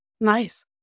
Nice